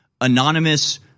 anonymous